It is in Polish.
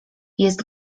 jest